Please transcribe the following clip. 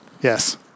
Yes